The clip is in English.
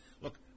Look